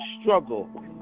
struggle